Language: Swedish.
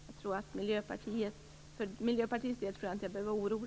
Jag tror inte att jag behöver vara orolig för Miljöpartiets del.